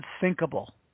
unthinkable